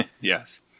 Yes